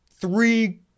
three